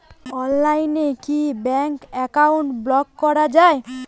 অনলাইনে কি bank account block করা য়ায়?